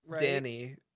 danny